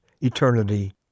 eternity